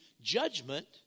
judgment